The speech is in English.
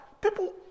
people